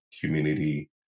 community